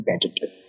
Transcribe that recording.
competitive